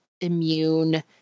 immune